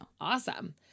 awesome